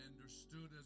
understood